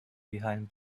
behind